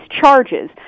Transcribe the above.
charges